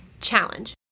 Challenge